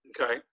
Okay